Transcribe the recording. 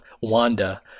Wanda